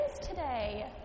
today